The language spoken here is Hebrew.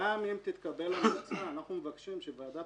גם אם תתקבל המלצה אנחנו מבקשים שוועדת